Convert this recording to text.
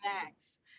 snacks